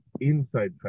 inside